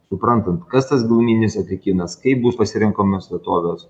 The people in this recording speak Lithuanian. suprantant kas tas giluminis atliekynas kaip bus pasirenkamos vietovės